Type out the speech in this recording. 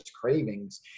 cravings